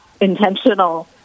intentional